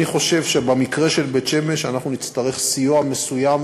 אני חושב שבמקרה של בית-שמש אנחנו נצטרך סיוע מסוים